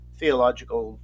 theological